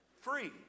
Free